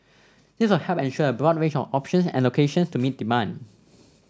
this will help ensure a broad range of options and locations to meet demand